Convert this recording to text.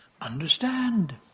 understand